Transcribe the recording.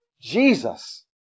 Jesus